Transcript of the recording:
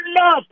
enough